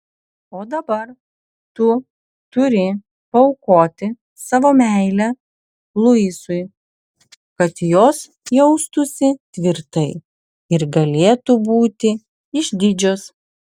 o dabar tu turi paaukoti savo meilę luisui kad jos jaustųsi tvirtai ir galėtų būti išdidžios